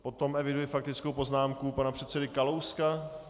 Potom eviduji faktickou poznámku pana předsedy Kalouska...